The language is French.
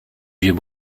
vieux